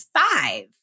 five